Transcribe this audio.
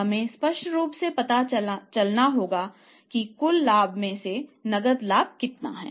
हमें स्पष्ट रूप से पता होना चाहिए कि कुल लाभ में से नकद लाभ कितना है